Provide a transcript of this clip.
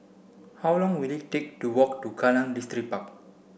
how long will it take to walk to Kallang Distripark